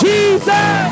Jesus